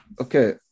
okay